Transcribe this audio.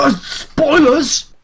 Spoilers